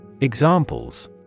Examples